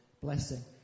Blessing